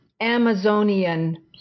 Amazonian